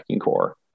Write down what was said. core